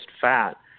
fat